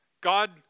God